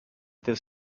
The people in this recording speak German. des